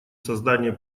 создание